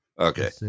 okay